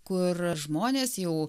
kur žmonės jau